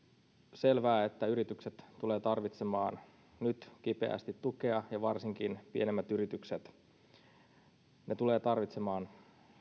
selvää että yritykset tulevat tarvitsemaan nyt kipeästi tukea ja varsinkin pienemmät yritykset tulevat tarvitsemaan